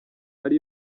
ari